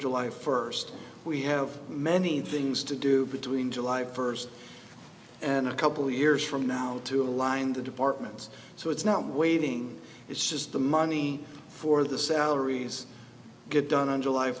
july first we have many things to do between july first and a couple years from now to align the departments so it's not waiving it's just the money for the salaries get done on july